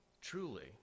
truly